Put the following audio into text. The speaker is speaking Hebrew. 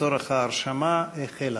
לצורך הרשמה החלה.